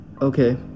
Okay